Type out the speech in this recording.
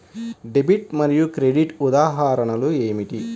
Debit మరియు credit ఉదాహరణలు ఏమిటీ?